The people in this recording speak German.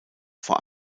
vor